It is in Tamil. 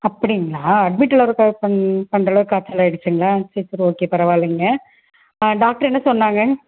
அப்படிங்களா அட்மிட் இருக்க பண்ணுற அளவுக்கு காய்ச்சல் ஆயிடுச்சிங்களா சரி சரி ஓகே பரவால்லிங்க டாக்டர் என்ன சொன்னாங்க